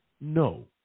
No